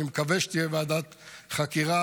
אני מקווה שתהיה ועדת חקירה,